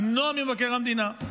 למנוע ממבקר המדינה.